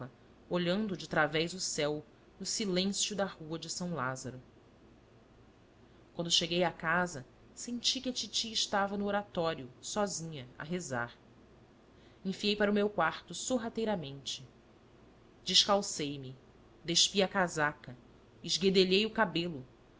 olhando de través o céu no silêncio da rua de são lázaro quando cheguei à casa senti que a titi estava no oratório sozinha a rezar enfiei para o meu quarto sorrateiramente descalcei me despi a casaca esguedelhei o cabelo